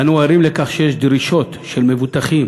ואנו ערים לכך שיש דרישות של מבוטחים,